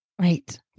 Right